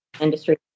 industry